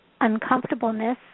uncomfortableness